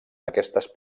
aquestes